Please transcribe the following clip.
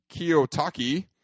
Kiyotaki